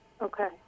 Okay